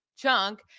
chunk